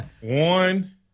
One